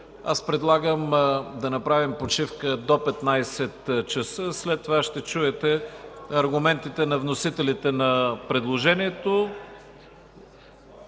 Предлагам да направим почивка до 15,00 ч. След това ще чуете аргументите на вносителите на предложението.